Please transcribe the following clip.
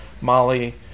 Molly